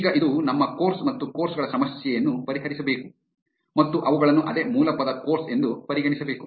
ಈಗ ಇದು ನಮ್ಮ ಕೋರ್ಸ್ ಮತ್ತು ಕೋರ್ಸ್ ಗಳ ಸಮಸ್ಯೆಯನ್ನು ಪರಿಹರಿಸಬೇಕು ಮತ್ತು ಅವುಗಳನ್ನು ಅದೇ ಮೂಲ ಪದ ಕೋರ್ಸ್ ಎಂದು ಪರಿಗಣಿಸಬೇಕು